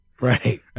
right